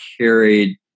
carried